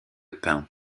pins